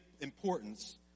importance